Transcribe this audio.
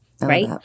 right